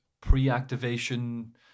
pre-activation